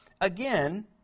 again